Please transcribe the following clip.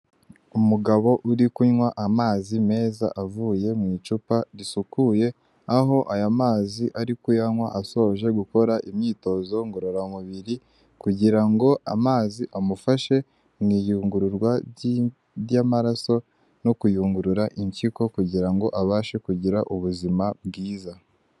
Umugabo uri kunywa amazi meza avuye mu icupa risukuye, aho aya mazi ari kuyanywa asoje gukora imyitozo ngororamubiri, kugira ngo amazi amufashe mu iyungururwa ry'amaraso no kuyungurura impyiko, kugira ngo abashe kugira ubuzima bwiza.